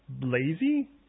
lazy